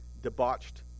debauched